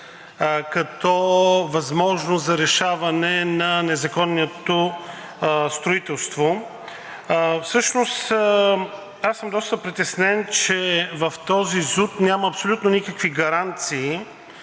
като възможност за решаване на незаконното строителство, всъщност аз съм доста притеснен, че в този ЗУТ няма абсолютно никакви гаранции